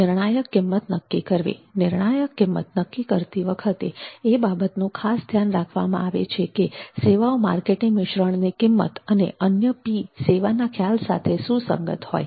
નિર્ણાયક કિંમત નક્કી કરવી નિર્ણાયક કિંમત નક્કી કરતી વખતે એ બાબતનું ખાસ ધ્યાન રાખવામાં આવે છે કે સેવાઓ માર્કેટિંગ મિશ્રણની કિંમત અને અન્ય 'P' સેવાના ખ્યાલ સાથે સુસંગત હોય